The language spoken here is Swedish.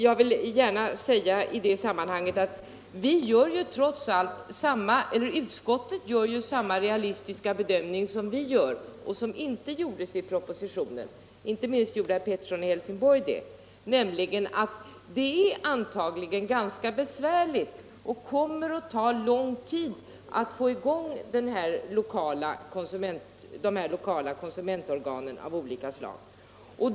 Jag vill i det sammanhanget gärna säga att utskottet trots allt gör samma realistiska bedömning som vi gör — det gjorde inte minst herr Pettersson i Helsingborg — och som departementschefen inte gjorde i propositionen. Vi tror nämligen att det blir ganska besvärligt och kommer att ta lång tid att få i gång lokala konsumentorgan av olika slag.